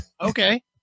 Okay